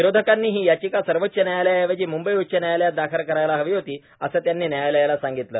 विरोधकांनी ही याचिका सर्वोच्च न्यायालयाऐवजी मुंबई उच्च न्यायालयात दाखल करायला हवी होती असं त्यांनी न्यायालयाला सांगितलं